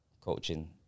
coaching